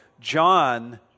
John